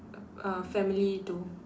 uh uh family though